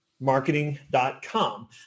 marketing.com